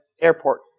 Airport